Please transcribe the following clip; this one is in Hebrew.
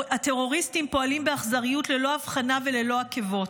הטרוריסטים פועלים באכזריות ללא הבחנה וללא עכבות.